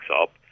up